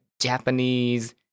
Japanese